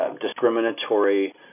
discriminatory